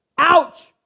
Ouch